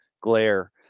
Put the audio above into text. glare